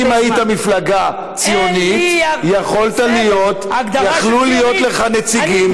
אם היית מפלגה ציונית יכלו להיות לך נציגים,